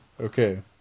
Okay